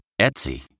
Etsy